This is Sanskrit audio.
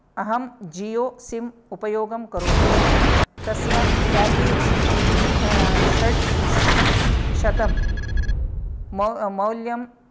अहं जियो सिम् उपयोगं करोमि तस्य पेकेज् षड् स् शतं मौ मौल्यं